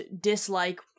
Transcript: dislike-